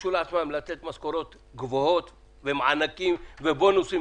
שהרשו לעצמן לתת משכורות גבוהות ומענקים ובונוסים,